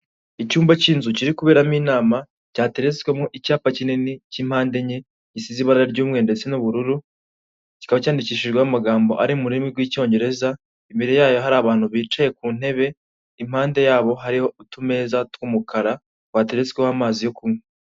Icyumba cy'inzu kiri kuberamo inama cyateretswemo icyapa kinini cy'impande enye gisize ibara ry'umweru ndetse n'ubururu, kikaba cyandikishijweho amagambo ari mu rurimi rw'Icyongereza, imbere yayo hari abantu bicaye ku ntebe, impande yabo hariho utumeza tw'umukara twateretsweho amazi yo kunywa.